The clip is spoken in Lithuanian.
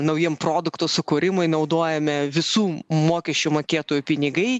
naujiem produkto sukūrimui naudojami visų mokesčių mokėtojų pinigai